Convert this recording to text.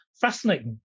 fascinating